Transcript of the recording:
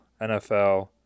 NFL